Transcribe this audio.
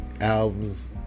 albums